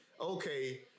okay